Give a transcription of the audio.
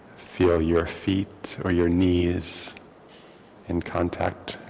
feel your feet or your knees in contact